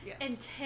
Yes